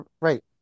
right